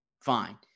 fine